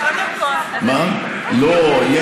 לא זה.